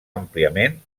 àmpliament